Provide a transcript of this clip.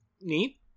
neat